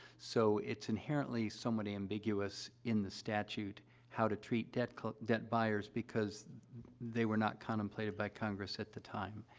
so, it's inherently somewhat ambiguous in the statute how to treat debt debt buyers, because they were not contemplated by congress at the time.